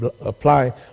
apply